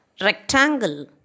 Rectangle